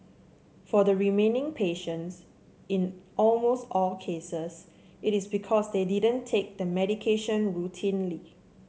for the remaining patients in almost all cases it is because they didn't take the medication routinely